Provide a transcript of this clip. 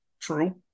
True